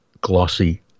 glossy